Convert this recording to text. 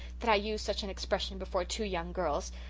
that i used such an expression before two young girls.